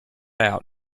out